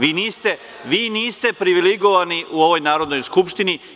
Vi niste privilegovani u ovoj Narodnoj skupštini.